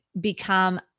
become